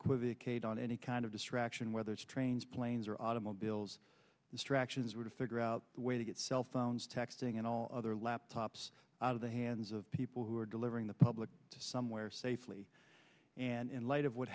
the cade on any kind of distraction whether strange planes or automobiles distractions were to figure out a way to cell phones texting and all other laptops out of the hands of people who are delivering the public to somewhere safely and in light of what